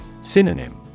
Synonym